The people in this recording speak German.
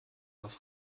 auf